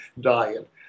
diet